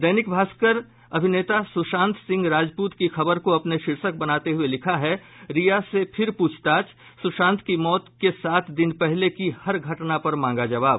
दैनिक भास्कर अभिनेता सुशांत सिंह राजपूत की खबर को अपने शीर्षक बनाते हुये लिखा है रिया से फिर प्रछताछ सुशांत की मौत के सात दिन पहले की हर घटना पर मांगा जवाब